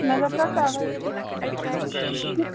مےٚ دَپیو تَوَے شِک